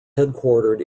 headquartered